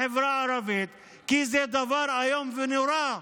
בחברה הערבית, כי זה דבר איום ונורא,